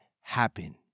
happen